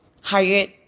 hired